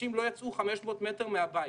אנשים לא יצאו 500 מטר מהבית.